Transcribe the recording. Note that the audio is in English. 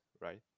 right